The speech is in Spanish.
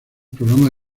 programas